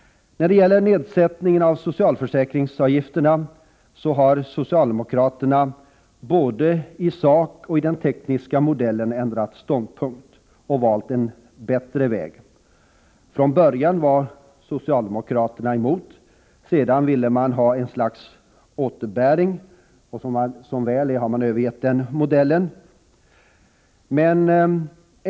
När det gäller nedsättning av socialförsäkringsavgifterna har socialdemokraterna både i sak och när det gäller den tekniska modellen ändrat ståndpunkt och valt en bättre väg. Från början var ju socialdemokraterna emot, och sedan ville man ha ett slags återbäring. Som väl är har man övergett den modellen.